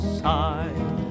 side